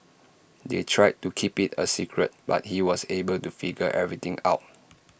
they tried to keep IT A secret but he was able to figure everything out